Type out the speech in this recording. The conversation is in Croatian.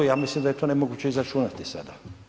Ja mislim da je to nemoguće izračunati sada.